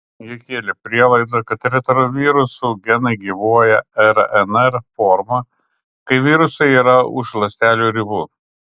jie kėlė prielaidą kad retrovirusų genai gyvuoja rnr forma kai virusai yra už ląstelių ribų